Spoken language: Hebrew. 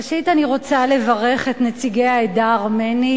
ראשית אני רוצה לברך את נציגי העדה הארמנית,